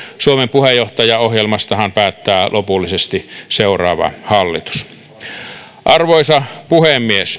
suomen puheenjohtajaohjelmastahan päättää lopullisesti seuraava hallitus arvoisa puhemies